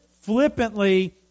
flippantly